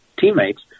teammates